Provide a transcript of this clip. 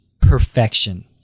perfection